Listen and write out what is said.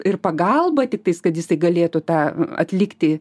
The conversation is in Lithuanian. ir pagalbą tiktais kad jisai galėtų tą atlikti